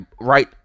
right